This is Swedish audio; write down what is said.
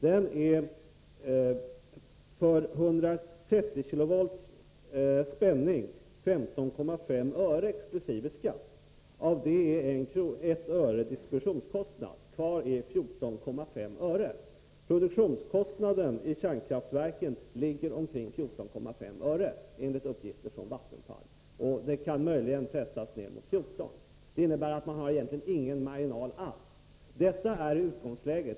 Den är för 130 kilovolt spänning 15,5 öre exkl. skatt. Av det är 1 öre distributionskostnad. Kvar är 14,5 öre. Produktionskostnaden i kärnkraftsverken ligger omkring 14,5 öre, enligt uppgifter från Vattenfall, och det kan möjligen pressas ner mot 14 öre. Det innebär att man egentligen inte har någon marginal alls. Detta är utgångsläget.